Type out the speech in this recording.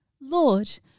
Lord